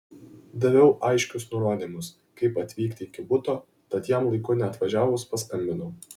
daviau aiškius nurodymus kaip atvykti iki buto tad jam laiku neatvažiavus paskambinau